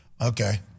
Okay